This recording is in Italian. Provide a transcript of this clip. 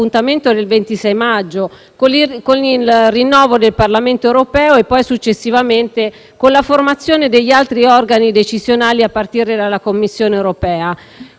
del 26 maggio con il rinnovo del Parlamento europeo e, successivamente, con la formazione degli altri organi decisionali, a partire dalla Commissione europea).